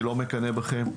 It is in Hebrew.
אני לא מקנא בכם.